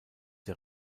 der